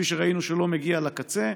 שכפי שראינו הוא לא מגיע לקצה,